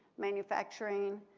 manufacturing,